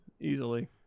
Easily